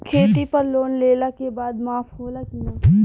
खेती पर लोन लेला के बाद माफ़ होला की ना?